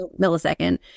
millisecond